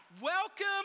Welcome